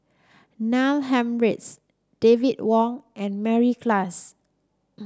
Neil Humphreys David Wong and Mary Klass